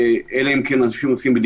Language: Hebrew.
הם חזרו ארצה מכל מיני סיבות,